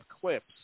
Clips